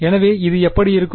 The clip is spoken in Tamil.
எனவே இது எப்படி இருக்கும்